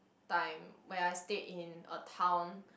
time where I stayed in a town